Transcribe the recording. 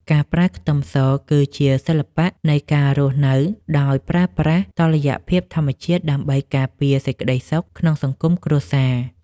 ការប្រើខ្ទឹមសគឺជាសិល្បៈនៃការរស់នៅដោយប្រើប្រាស់តុល្យភាពធម្មជាតិដើម្បីការពារសេចក្តីសុខក្នុងសង្គមគ្រួសារខ្មែរ។